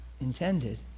Intended